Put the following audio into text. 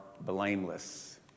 blameless